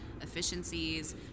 efficiencies